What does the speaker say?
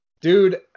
Dude